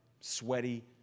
sweaty